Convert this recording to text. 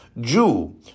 Jew